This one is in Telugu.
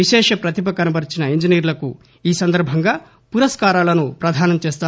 విశిష్ట వతిభ కనబరిచిన ఇంజనీర్లకు ఈ సందర్భంగాపురస్నారాలను పదానం చేస్తారు